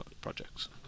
projects